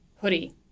hoodie